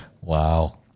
Wow